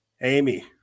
Amy